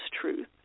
truth